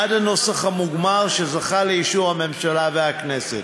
עד הנוסח המוגמר שזכה לאישור הממשלה והכנסת,